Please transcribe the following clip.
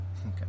Okay